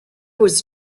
was